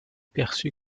perçue